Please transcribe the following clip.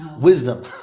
Wisdom